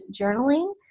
journaling